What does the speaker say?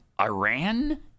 Iran